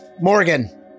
Morgan